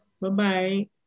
Bye-bye